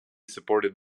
supported